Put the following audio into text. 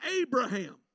Abraham